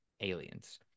Aliens